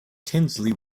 tinsley